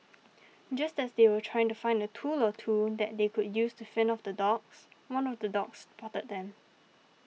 just as they were trying to find a tool or two that they could use to fend off the dogs one of the dogs spotted them